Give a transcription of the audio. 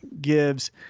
gives